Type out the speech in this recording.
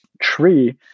tree